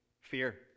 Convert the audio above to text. Fear